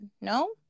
No